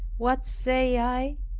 what say i?